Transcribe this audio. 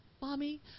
Mommy